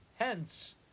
Hence